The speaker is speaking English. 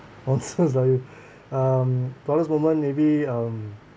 nonsense lah you um proudest moment maybe um